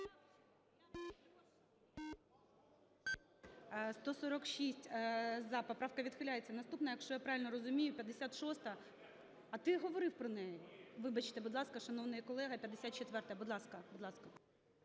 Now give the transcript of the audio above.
За-146 Поправка відхиляється. Наступна, якщо я правильно розумію, 56-а. А ти говорив про неї. Вибачте, будь ласка, шановний колега. 54-а, будь ласка, будь ласка.